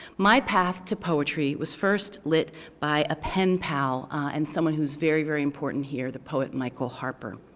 my path to poetry was first lit by a pen pal, and someone who's very, very important here, the poet michael harper.